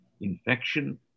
infection